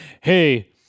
hey